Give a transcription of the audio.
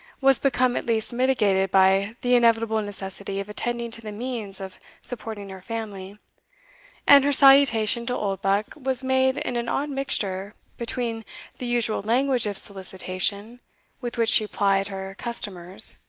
was become at least mitigated by the inevitable necessity of attending to the means of supporting her family and her salutation to oldbuck was made in an odd mixture between the usual language of solicitation with which she plied her customers,